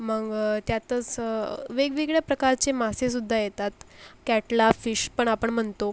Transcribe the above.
मग त्यातच वेगवेगळ्या प्रकारचे मासेसुद्धा येतात कॅटला फिशपण आपण म्हणतो